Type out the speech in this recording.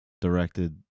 directed